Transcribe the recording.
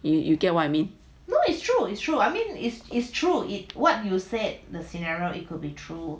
you you get what I mean no it's true it's true